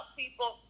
people